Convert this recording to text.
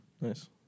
Nice